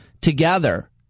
together